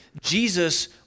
Jesus